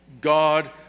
God